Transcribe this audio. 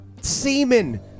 semen